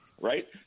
Right